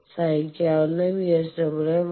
സഹിക്കാവുന്ന VSWR 1